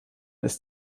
ist